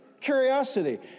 Curiosity